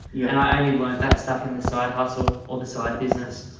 yeah and i only learned that stuff in the side hustle or the side business.